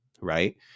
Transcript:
right